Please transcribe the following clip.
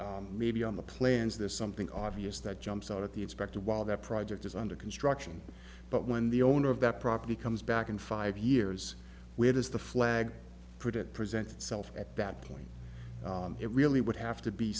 it may be on the plans there's something obvious that jumps out at the inspector while that project is under construction but when the owner of that property comes back in five years where does the flag put it presents itself at that point it really would have to be